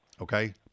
Okay